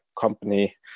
company